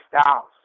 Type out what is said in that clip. Styles